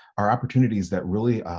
are opportunities that really,